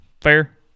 Fair